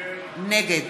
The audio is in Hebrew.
נגד